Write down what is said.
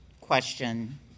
question